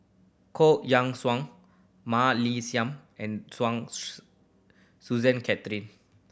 Koh Yang Suan Mah Li Sian and Suchen Christine